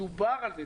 דובר על זה.